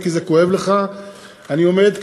אני עומד,